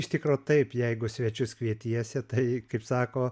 iš tikro taip jeigu svečius kvietiesi tai kaip sako